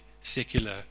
secular